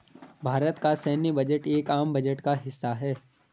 भारत का सैन्य बजट एक आम बजट का हिस्सा है